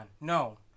No